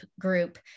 group